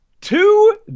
Two